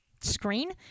screen